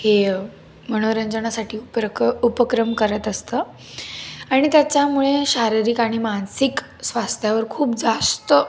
हे मनोरंजनासाठी उपक उपक्रम करत असतं आणि त्याच्यामुळे शारीरिक आणि मानसिक स्वास्थ्यावर खूप जास्त